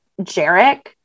Jarek